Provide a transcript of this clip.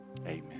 amen